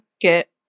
get